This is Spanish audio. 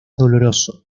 doloroso